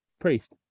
Priest